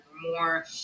more